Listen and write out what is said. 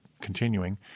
continuing